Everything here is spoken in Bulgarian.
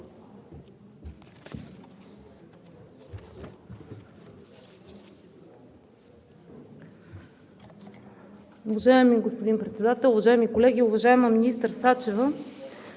Уважаеми господин Председател, уважаеми колеги! Уважаема министър Сачева,